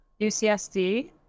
UCSD